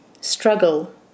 struggle